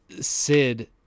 Sid